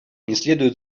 следует